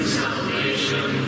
salvation